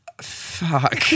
fuck